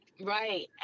right